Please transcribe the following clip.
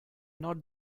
not